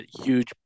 huge